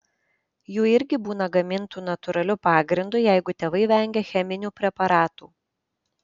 jų irgi būna gamintų natūraliu pagrindu jeigu tėvai vengia cheminių preparatų